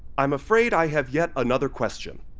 i'm afraid i have yet another question.